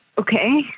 Okay